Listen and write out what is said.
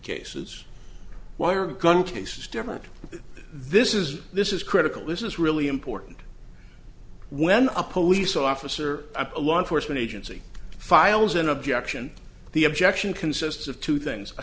different this is this is critical this is really important when a police officer a law enforcement agency files an objection the objection consists of two things